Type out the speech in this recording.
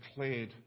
declared